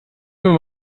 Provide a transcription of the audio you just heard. immer